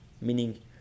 meaning